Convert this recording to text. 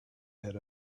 had